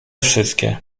wszystkie